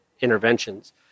interventions